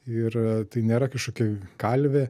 ir tai nėra kažkokia kalvė